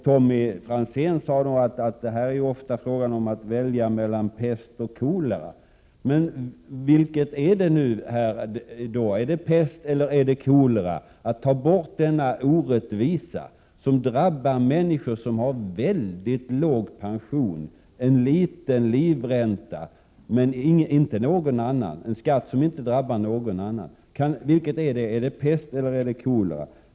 Tommy Franzén sade att det ofta handlar om att välja mellan pest och kolera. Men vilket är det nu då? Det handlar om att ta bort denna orättvisa som drabbar människor med mycket låg pension, en liten livränta, men inte någon annan. Är detta pest eller kolera?